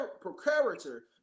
procurator